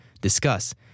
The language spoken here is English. discuss